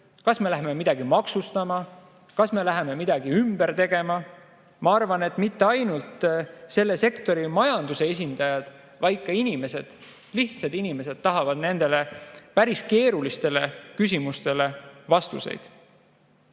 Kas me hakkame midagi maksustama? Kas me hakkame midagi ümber tegema? Ma arvan, et mitte ainult selle sektori majanduse esindajad, vaid ka inimesed, lihtsad inimesed, tahavad nendele päris keerulistele küsimustele vastuseid.